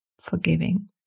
forgiving